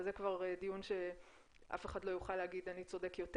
אבל זה כבר דיון שאף אחד לא יוכל להגיד: אני צודק יותר.